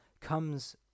comes